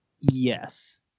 Yes